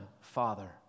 Father